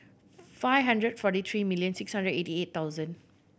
five hundred forty tree million six hundred eighty eight thousand